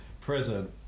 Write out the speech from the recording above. present